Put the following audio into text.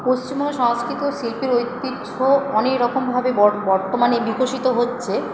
পশ্চিমবঙ্গে সংস্কৃত শিল্পের ঐতিহ্য অনেক রকমভাবে বর্তমানে বিকশিত হচ্ছে